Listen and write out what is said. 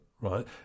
right